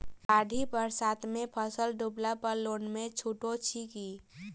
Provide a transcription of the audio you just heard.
बाढ़ि बरसातमे फसल डुबला पर लोनमे छुटो अछि की